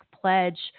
pledge